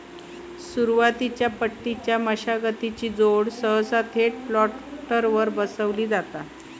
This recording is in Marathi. सुरुवातीच्या पट्टीच्या मशागतीची जोड सहसा थेट प्लांटरवर बसवली जाता